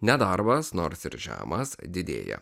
nedarbas nors ir žemas didėja